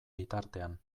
bitartean